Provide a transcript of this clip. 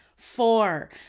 Four